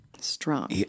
Strong